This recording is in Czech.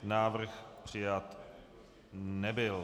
Návrh přijat nebyl.